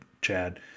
Chad